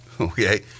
Okay